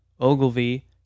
Ogilvy